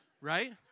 right